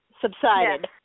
subsided